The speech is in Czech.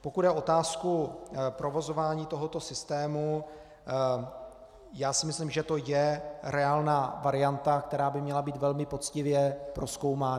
Pokud jde o otázku provozování tohoto systému, já si myslím, že to je reálná varianta, která by měla být velmi poctivě prozkoumána.